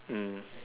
mm